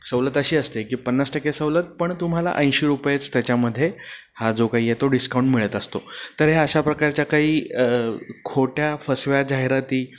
सवलत अशी असते की पन्नास टक्के सवलत पण तुम्हाला ऐंशी रुपयेच त्याच्यामध्ये हा जो काही तो डिस्काउंट मिळत असतो तर ह्या अशा प्रकारच्या काही खोट्या फसव्या जाहिराती